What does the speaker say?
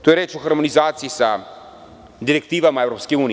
To je reč o harmonizaciji direktiva EU.